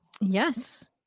Yes